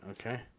Okay